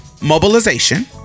mobilization